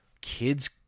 kids